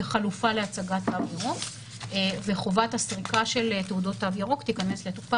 כחלופה להצגת תו ירוק וחובת הסריקה של תעודות תו ירוק תכנס לתוקפה